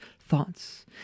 thoughts